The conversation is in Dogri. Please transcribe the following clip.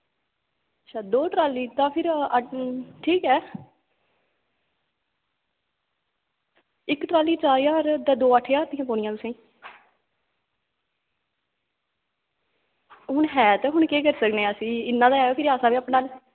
अच्छा दो ट्राली तां अज्ज फिर ठीक ऐ इक ट्राली चार ज्हार ते दो अट्ठ ज्हार दियां पौंनियां तुसेंगी हून है ते हून केह् करी सकने अस इन्ना ते ऐ फिर असें बी अपना